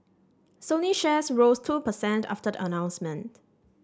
Sony shares rose two per cent after the announcement